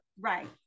right